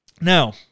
Now